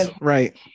right